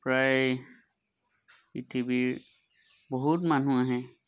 প্ৰায় পৃথিৱীৰ বহুত মানুহ আহে